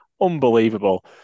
Unbelievable